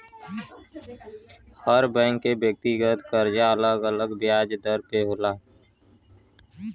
हर bank के व्यक्तिगत करजा अलग अलग बियाज दर पे होला